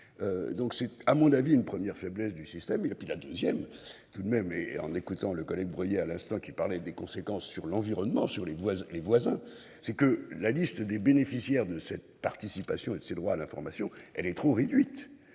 Donc c'est à mon avis une première faiblesses du système et puis la deuxième tout de même et en écoutant le collègue à l'instant qui parlait des conséquences sur l'environnement, sur les voisins, les voisins, c'est que la liste des bénéficiaires de cette participation et ses droits à l'information elle est trop réduite,